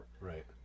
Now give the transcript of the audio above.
Right